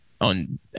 on